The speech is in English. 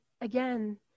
again